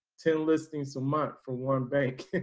ten listings a month for one bank.